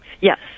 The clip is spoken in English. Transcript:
Yes